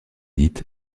dite